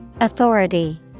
Authority